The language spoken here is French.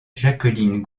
jacqueline